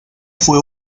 fue